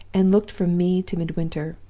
and looked from me to midwinter.